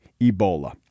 Ebola